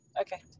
Okay